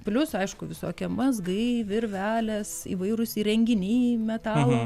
plius aišku visokie mazgai virvelės įvairūs įrenginiai metalo